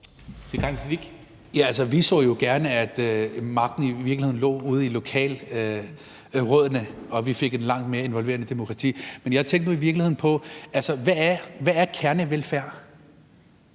Vi så jo gerne, at magten i virkeligheden lå ude i lokalrådene, og at vi fik et langt mere involverende demokrati. Men jeg tænkte nu i virkeligheden på, hvad der er kernevelfærd?